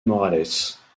morales